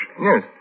Yes